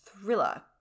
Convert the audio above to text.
thriller